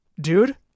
dude